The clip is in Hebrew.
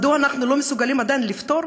מדוע אנחנו לא מסוגלים עדיין לפתור